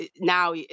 now